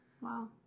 Wow